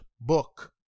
book